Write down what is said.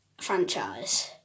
franchise